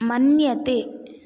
मन्यते